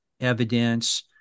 evidence